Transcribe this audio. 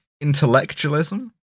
intellectualism